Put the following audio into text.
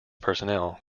personnel